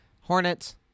Hornets